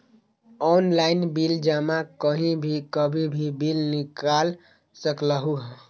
Online bill जमा कहीं भी कभी भी बिल निकाल सकलहु ह?